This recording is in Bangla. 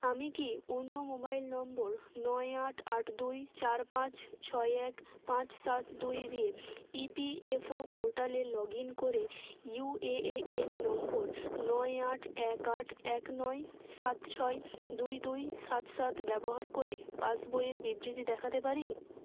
আমি কি অন্য মোবাইল নম্বর নয় আট আট দুই চার পাঁচ ছয় এক পাঁচ সাত দুই দিয়ে ই পি এফ ও পোর্টালে লগ ইন করে ইউ এ এন নম্বর নয় আট এক আট এক নয় সাত ছয় দুই দুই সাত সাত ব্যবহার করে পাসবইয়ের বিবৃতি দেখাতে পারি